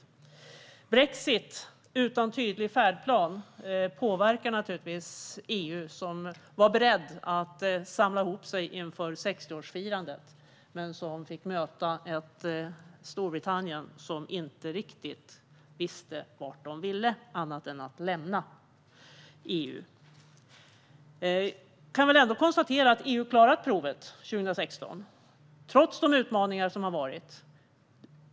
En brexit utan tydlig färdplan påverkar naturligtvis EU, som var berett att samla ihop sig inför 60-årsfirandet men som fick möta ett Storbritannien som inte riktigt visste vart det ville annat än att det ville lämna EU. Vi kan väl ändå konstatera att EU har klarat provet 2016, trots de utmaningar som funnits.